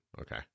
Okay